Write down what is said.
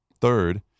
Third